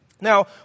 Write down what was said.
Now